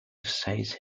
saves